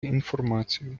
інформацію